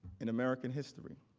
in american history.